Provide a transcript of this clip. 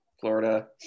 Florida